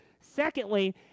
Secondly